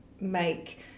make